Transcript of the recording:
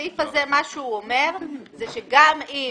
הסעיף הזה אומר שגם אם